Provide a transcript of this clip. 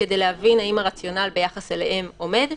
כדי להבין האם הרציונל ביחס אליהם עומד.